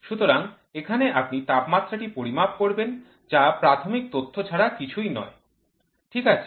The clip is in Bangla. সুতরাং এখানে আপনি তাপমাত্রাটি পরিমাপ করবেন যা প্রাথমিক তথ্য ছাড়া কিছুই নয় ঠিক আছে